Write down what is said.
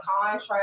contract